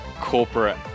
corporate